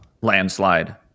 landslide